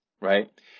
right